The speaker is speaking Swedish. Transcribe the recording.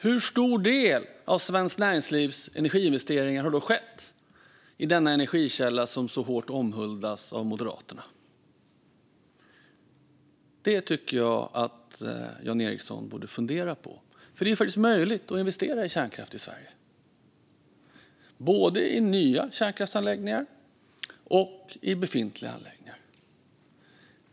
Hur stor del av svenskt näringslivs energiinvesteringar har då skett i denna energikälla, som så hårt omhuldas av Moderaterna? Det tycker jag att Jan Ericson borde fundera på. Det är faktiskt möjligt att investera i kärnkraft i Sverige, både i nya kärnkraftsanläggningar och i befintliga anläggningar.